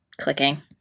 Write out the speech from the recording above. clicking